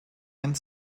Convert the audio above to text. and